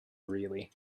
really